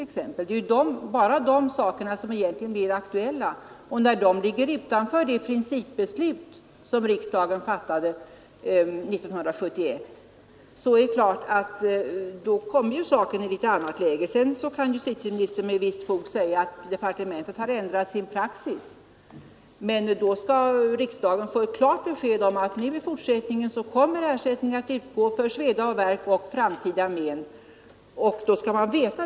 Det är bara de formerna som egentligen blir aktuella, och när de ligger utanför det principbeslut som riksdagen fattade 1971 är det klart att saken kommer i ett litet annat läge. Sedan kan justitieministern med visst fog säga att departementet har ändrat sin praxis, men då skall riksdagen få ett klart besked om att ersättning i fortsättningen kommer att utgå för sveda och värk och för framtida men.